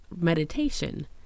meditation